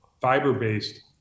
fiber-based